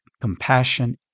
compassion